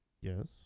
Yes